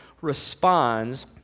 responds